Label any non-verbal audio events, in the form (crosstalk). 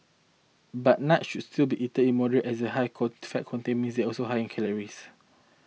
but nuts should still be eaten in moderate as the high (unintelligible) fat content means also high in calories